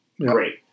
Great